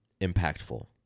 impactful